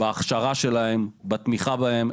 בהכשרה שלהן ובתמיכה בהן.